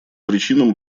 причинам